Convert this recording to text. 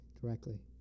directly